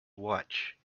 watch